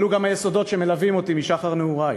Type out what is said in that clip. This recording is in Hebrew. אלו גם היסודות שמלווים אותי משחר נעורי,